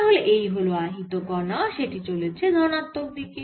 তাহলে এই হল আহিত কণা সেটি চলেছে ধনাত্মক দিকে